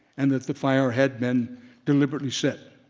and that the fire had been deliberately set.